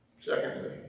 Secondly